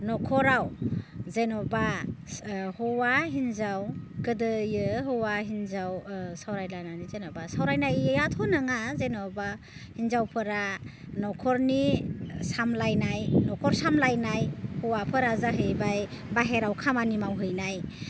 न'खराव जेन'बा हौवा हिन्जाव गोदोयो हौवा हिन्जाव सावरायलायनानै जेन'बा सावरायनायाथ' नङा जेन'बा हिनजावफोरा न'खरनि सामलायनाय न'खर सामलायनाय हौवाफोरा जाहैबाय बाहेरायाव खामानि मावहैनाय